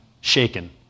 shaken